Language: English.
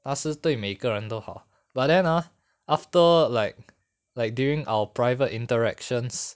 她是对每个人都好 but then ah after like like during our private interactions